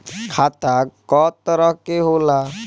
खाता क तरह के होला?